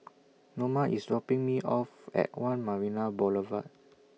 Noma IS dropping Me off At one Marina Boulevard